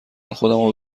خودمو